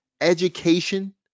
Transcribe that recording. education